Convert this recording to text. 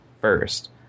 first